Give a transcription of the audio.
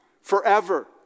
Forever